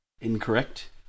Incorrect